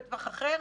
בטווח אחר,